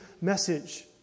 message